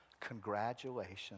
Congratulations